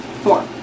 Four